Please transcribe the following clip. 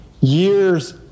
years